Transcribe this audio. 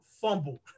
fumbled